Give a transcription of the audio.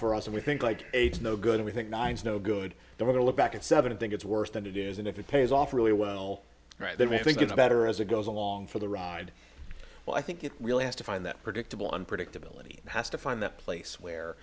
for us and we think like apes no good we think nine is no good they're going to look back at seven and think it's worse than it is and if it pays off really well right then i think it's better as it goes along for the ride well i think it really has to find that predictable unpredictability has to find that place where